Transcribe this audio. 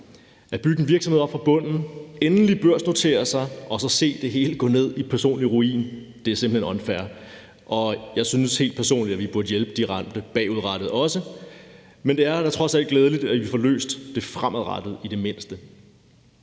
At bygge en virksomhed op fra bunden, endelig børsnotere sig og så se det hele gå ned i personlig ruin er simpelt hen unfair, og jeg synes helt personligt, at vi også burde hjælpe de ramte bagudrettet, men det er da trods alt glædeligt, at vi i det mindste får det løst